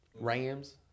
Rams